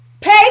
Pay